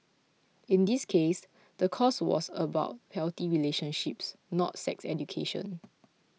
in this case the course was about healthy relationships not sex education